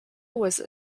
was